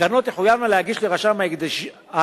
הקרנות תחויבנה להגיש לרשם ההקדשות